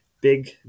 big